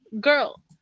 girl